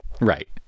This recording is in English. right